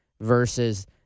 versus